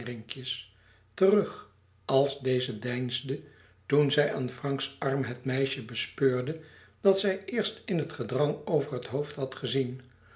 der skatingrinkjes terug als deze deinsde toen zij aan franks arm het meisje bespeurde dat zij eerst in het gedrang over het hoofd had gezien